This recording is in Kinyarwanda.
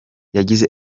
yagize